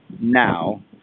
now